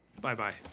Bye-bye